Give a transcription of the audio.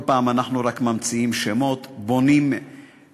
כל פעם אנחנו רק ממציאים שמות, בונים מילים,